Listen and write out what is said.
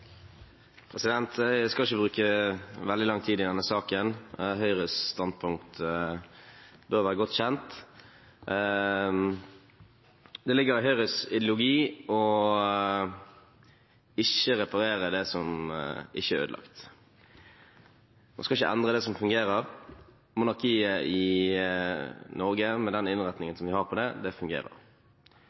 Jeg skal ikke bruke veldig lang tid i denne saken. Høyres standpunkt bør være godt kjent. Det ligger i Høyres ideologi ikke å reparere det som ikke er ødelagt. Man skal ikke endre det som fungerer. Monarkiet i Norge, med den innretningen vi har på det, fungerer. Det